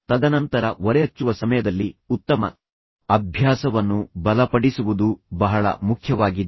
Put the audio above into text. ತದನಂತರ ಒರೆಹಚ್ಚುವ ಸಮಯದಲ್ಲಿ ಉತ್ತಮ ಅಭ್ಯಾಸವನ್ನು ಬಲಪಡಿಸುವುದು ಬಹಳ ಮುಖ್ಯವಾಗಿದೆ